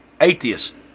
atheist